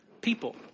people